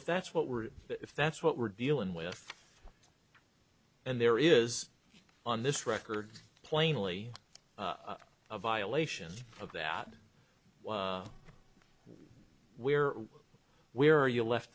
if that's what we're if that's what we're dealing with and there is on this record plainly a violation of that where we're you left